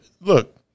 Look